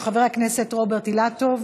של חבר הכנסת רוברט אילטוב.